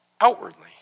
outwardly